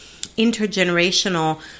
intergenerational